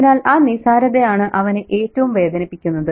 അതിനാൽ ആ നിസ്സാരതയാണ് അവനെ ഏറ്റവും വേദനിപ്പിക്കുന്നത്